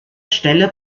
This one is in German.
stelle